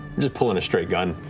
just pulling a straight gun.